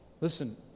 Listen